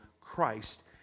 Christ